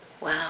Wow